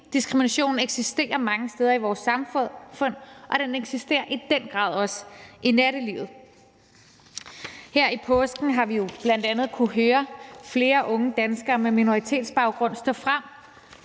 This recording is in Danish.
Diskrimination eksisterer mange steder i vores samfund, og den eksisterer i den grad også i nattelivet. Her i påsken har vi jo bl.a. kunnet høre flere unge danskere med minoritetsbaggrund stå frem